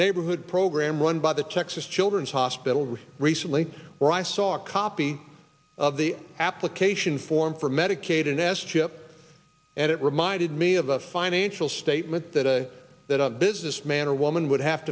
neighborhood program run by the texas children's hospital which recently where i saw a copy of the application form for medicaid in s chip and it reminded me of a financial statement that a that a businessman or woman would have